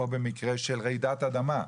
או במקרה של רעידת אדמה,